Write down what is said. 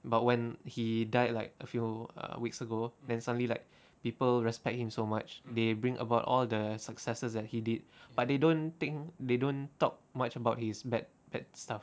but when he die like a few uh weeks ago then suddenly like people respect him so much they bring about all the successes that he did but they don't think they don't talk much about his bad bad stuff